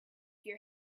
your